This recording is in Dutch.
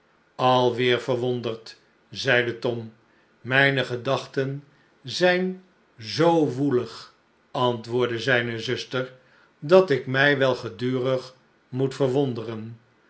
alweer verwonderd zeide tom mijne gedachten zijn zoo woelig antwoordde zijne zuster dat ik mij wel gedurig moet verwonderen